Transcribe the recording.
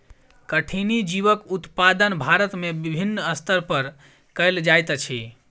कठिनी जीवक उत्पादन भारत में विभिन्न स्तर पर कयल जाइत अछि